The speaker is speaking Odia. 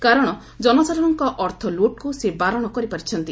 କାରଣ ଜନସାଧାରଣଙ୍କ ଅର୍ଥ ଲ୍ରଟ୍କ୍ ସେ ବାରଣ କରିପାରିଛନ୍ତି